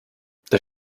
das